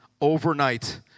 overnight